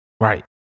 Right